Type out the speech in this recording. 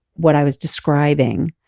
what i was describing,